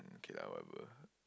okay lah whatever